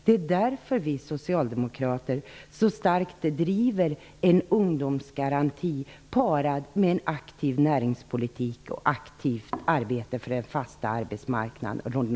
Det är därför vi socialdemokrater så starkt driver frågan om en ungdomsgaranti parad med en aktiv näringspolitik och aktivt arbete för den ordinarie arbetsmarknaden.